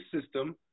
system